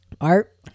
Art